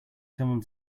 somebody